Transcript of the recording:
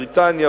בריטניה,